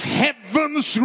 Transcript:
heaven's